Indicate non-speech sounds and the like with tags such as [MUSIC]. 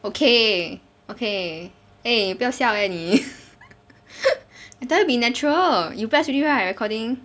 okay okay eh 不要笑 eh 你 [LAUGHS] I tell you be natural you press already right recording